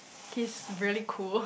his really cool